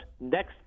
next